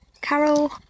Carol